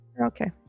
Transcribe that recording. okay